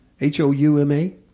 H-O-U-M-A